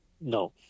no